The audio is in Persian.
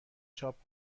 چاپ